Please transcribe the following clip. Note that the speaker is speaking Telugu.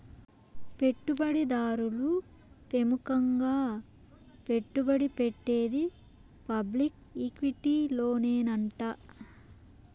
పెట్టుబడి దారులు పెముకంగా పెట్టుబడి పెట్టేది పబ్లిక్ ఈక్విటీలోనేనంట